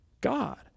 God